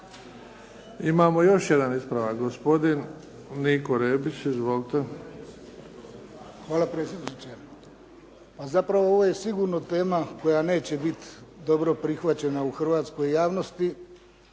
Imamo još jedan ispravak, gospodin Niko Rebić. Izvolite. **Rebić, Niko (HDZ)** Hvala predsjedniče. Zapravo ovo je sigurno tema koja neće biti dobro prihvaćena u hrvatskoj javnosti.